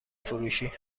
فروشی